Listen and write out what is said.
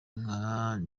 nka